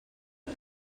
que